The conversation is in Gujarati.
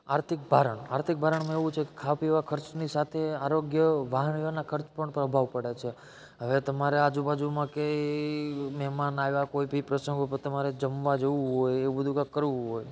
આર્થિક ભારણ આર્થિક ભારણમાં એવું છે ક ખાવા પીવા ખર્ચની સાથે આરોગ્ય વાહન વ્યવહારના ખર્ચ પણ પ્રભાવ પડે છે હવે તમારા આજુબાજુમાં કે મહેમાન આવ્યા કોઈ બી પ્રસંગો પર તમારે જમવા જવું હોય એવું બધું કંઈક કરવું હોય